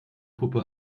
puppe